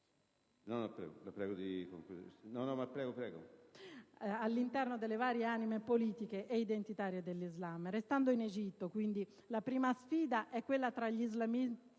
all'interno delle varie anime politiche ed identitarie dell'Islam. Restando in Egitto, la prima sfida è quindi quella tra gli islamisti